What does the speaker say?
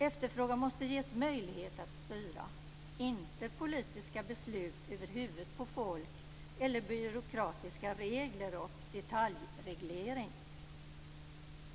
Efterfrågan måste ges möjlighet att styra - inte politiska beslut över huvudet på folk eller byråkratiska regler och detaljreglering.